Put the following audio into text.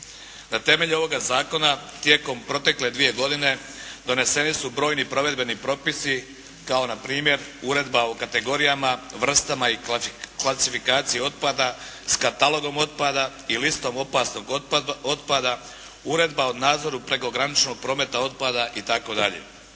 Na temelju ovog zakona tijekom protekle dvije godine doneseni su brojni provedbeni propisi, kao na primjer Uredba o kategorijama, vrstama i klasifikaciji otpada s katalogom otpada i listom opasnog otpada, Uredba o nadzoru prekograničnog prometa otpada itd.